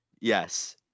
Yes